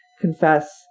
confess